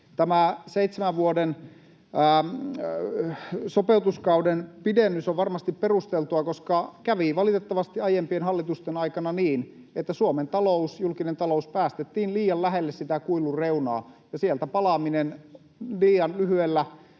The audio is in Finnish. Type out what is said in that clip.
Tämä seitsemän vuoden sopeutuskauden pidennys on varmasti perusteltua, koska kävi valitettavasti aiempien hallitusten aikana niin, että Suomen talous, julkinen talous päästettiin liian lähelle sitä kuilun reunaa, ja sieltä palaaminen liian lyhyellä